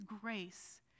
grace